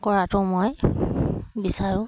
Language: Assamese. কৰাটো মই বিচাৰোঁ